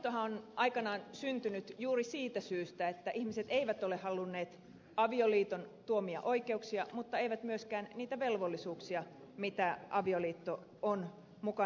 avoliittohan on aikanaan syntynyt juuri siitä syystä että ihmiset eivät ole halunneet avioliiton tuomia oikeuksia mutta eivät myöskään niitä velvollisuuksia mitä avioliitto on mukanaan tuonut